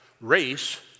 race